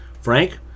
Frank